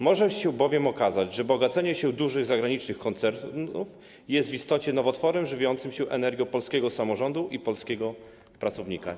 Może się bowiem okazać, że bogacenie się dużych, zagranicznych koncernów jest w istocie nowotworem żywiącym się energią polskiego samorządu i polskiego pracownika.